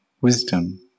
wisdom